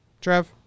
Trev